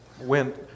went